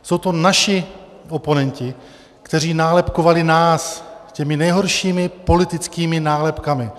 Jsou to naši oponenti, kteří nálepkovali nás těmi nejhoršími politickými nálepkami.